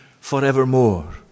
forevermore